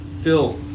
Phil